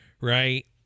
right